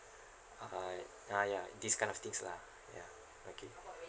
uh ah ya this kind of things lah ya okay